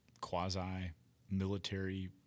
quasi-military